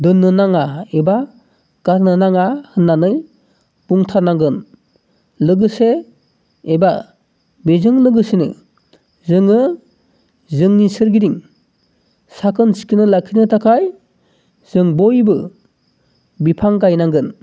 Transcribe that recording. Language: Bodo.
दोननो नाङा एबा गारनो नाङा होननानै बुंथारनांगोन लोगोसे एबा बेजों लोगोसेनो जोङो जोंनि सोरगिदिं साखोन सिखोनै लाखिनो थाखाय जों बयबो बिफां गायनांगोन